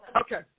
Okay